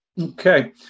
Okay